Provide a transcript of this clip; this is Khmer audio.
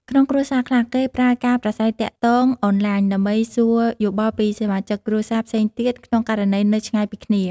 ក្នុងគ្រួសារខ្លះ គេប្រើការប្រាស្រ័យទាក់ទងអនឡាញ ដើម្បីសួរយោបល់ពីសមាជិកគ្រួសារផ្សេងទៀត ក្នុងករណីនៅឆ្ងាយពីគ្នា។